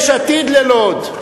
יש עתיד ללוד.